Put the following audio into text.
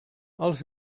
els